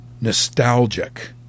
nostalgic